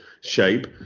shape